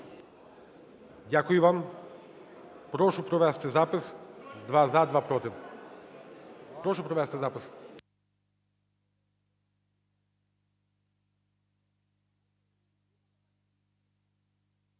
Дякую вам. Прошу провести запис: два – за, два – проти. Прошу провести запис.